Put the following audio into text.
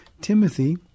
Timothy